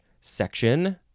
section